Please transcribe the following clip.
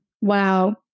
Wow